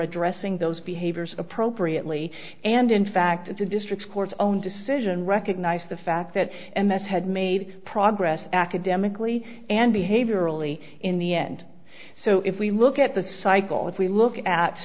addressing those behaviors appropriately and in fact at the district court own decision recognized the fact that m s had made progress academically and behaviorally in the end so if we look at the cycle if we look at